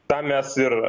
tam mes ir